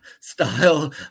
style